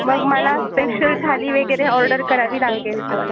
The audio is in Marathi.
मग मला स्पेशल थाली वगैरे ऑर्डर करावी लागेल तर